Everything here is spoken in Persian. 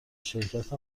شرکت